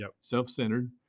self-centered